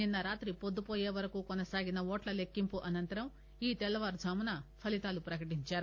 నిన్న రాత్రి పొద్దుపోయేవరకు కొనసాగిన ఓట్ల లెక్కింపు అనంతరం ఈ తెల్లవారుఝామున ఫలితాలు ప్రకటించారు